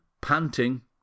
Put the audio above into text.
panting